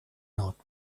not